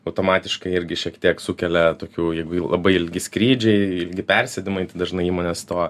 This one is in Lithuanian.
automatiškai irgi šiek tiek sukelia tokių jeigu jau labai ilgi skrydžiai ilgi persėdimai tai dažnai įmonės to